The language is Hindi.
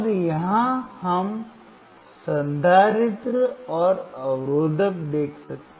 और यहां हम संधारित्र और अवरोधक देख सकते हैं